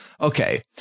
Okay